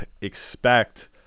expect